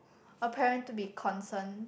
a parent to be concerned